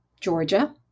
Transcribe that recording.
Georgia